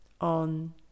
on